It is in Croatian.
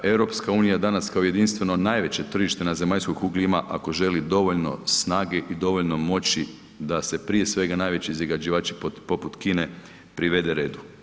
EU danas kao jedinstveno najveće tržište na zemaljskoj kugli ima ako želi dovoljno snage i dovoljno moći da se prije svega najveći zagađivači poput Kine privede redu.